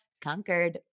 conquered